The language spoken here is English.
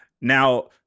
Now